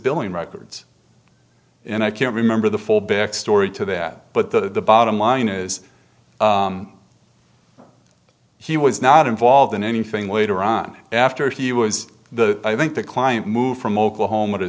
billing records and i can't remember the full back story to that but the bottom line is he was not involved in anything later on after he was the i think the client moved from oklahoma